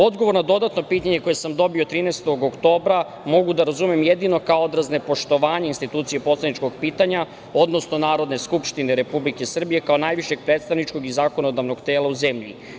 Odgovor na dodatno pitanje koje sam dobio 13. oktobra mogu da razumem jedino kao odraz nepoštovanja institucije poslaničkog pitanja, odnosno Narodne skupštine Republike Srbije, kao najvišeg predstavničkog i zakonodavnog tela u zemlji.